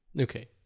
Okay